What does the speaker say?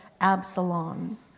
Absalom